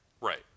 Right